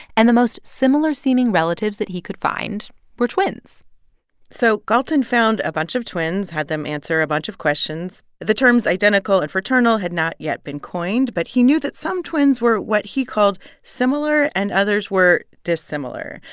and the most similar-seeming relatives that he could find were twins so galton found a bunch of twins, had them answer a bunch of questions. the terms identical and fraternal had not yet been coined, but he knew that some twins were what he called similar, and others were dissimilar.